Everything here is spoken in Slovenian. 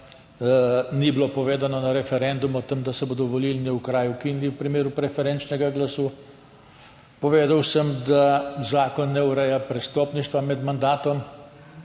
ni bilo povedano na referendumu o tem, da se bodo volilni okraji ukinili v primeru preferenčnega glasu. Povedal sem, da zakon ne ureja prestopništva med mandatom